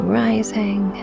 rising